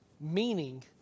Meaning